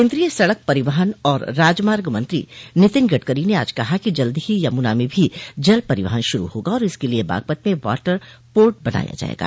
केन्द्रीय सड़क परिवहन और राजमार्ग मंत्री नितिन गडकरी ने आज कहा कि जल्द ही यमूना में भी जल परिवहन शुरू होगा और इसके लिये बागपत में वाटर पोर्ट बनाया जायेगा